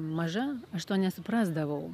maža aš to nesuprasdavau